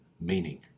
meaning